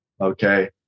Okay